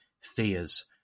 fears